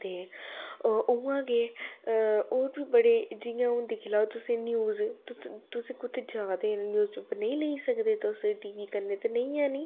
ते अ उ'आं गै अ होर बी बड़े जि'यां हून दिक्खी लैओ तुस न्यूज तुस तुस कुतै जा दे न्यूजपेपर नेईं लेई सकदे तुस टी वी कन्नै ते नेईं है निं